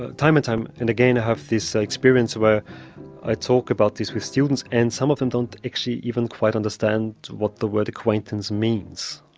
ah time and time and again i have this experience where i talk about this with students and some of them don't actually even quite understand what the word acquaintance means.